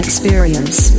experience